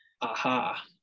Aha